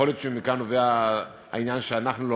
יכול להיות שמכאן נובע העניין שאנחנו לא